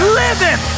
living